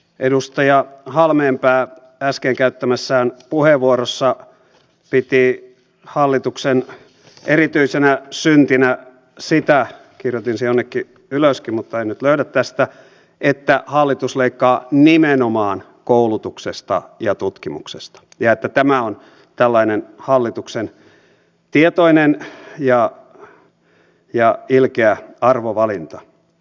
edustaja halmeenpää äsken käyttämässään puheenvuorossa piti hallituksen erityisenä syntinä sitä kirjoitin sen jonnekin ylös mutta en nyt löydä tästä että hallitus leikkaa nimenomaan koulutuksesta ja tutkimuksesta ja että tämä on tällainen hallituksen tietoinen ja ilkeä arvovalinta